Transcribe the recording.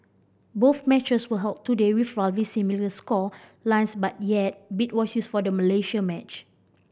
both matches were held today with roughly similar score lines but yet beat was used for the Malaysia match